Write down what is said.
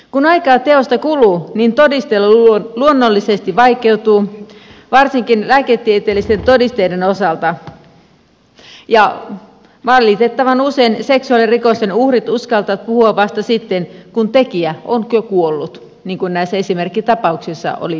kun aikaa teosta kuluu todistelu luonnollisesti vaikeutuu varsinkin lääketieteellisten todisteiden osalta ja valitettavan usein seksuaalirikosten uhrit uskaltavat puhua vasta sitten kun tekijä on jo kuollut niin kuin näissä esimerkkitapauksissa oli tapahtunut